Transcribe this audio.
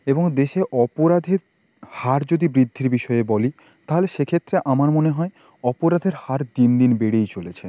এবং দেশে অপরাধের হার যদি বৃদ্ধির বিষয়ে বলি তাহলে সেক্ষেত্রে আমার মনে হয় অপরাধের হার দিন দিন বেড়েই চলেছে